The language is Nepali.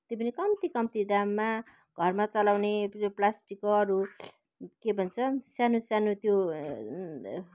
त्यही पनि कम्ती कम्ती दाममा घरमा चलाउने त्यो प्लास्टिकको अरू के भन्छ सानो सानो त्यो